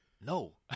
no